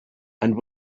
and